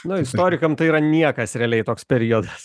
nu istorikam tai yra niekas realiai toks periodas